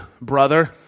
brother